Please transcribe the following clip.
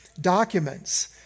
documents